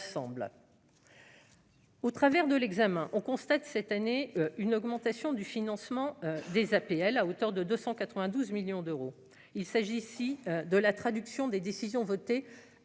Au travers de l'examen, on constate cette année une augmentation du financement des APL à hauteur de 292 millions d'euros, il s'agit ici de la traduction des décisions votées